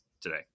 today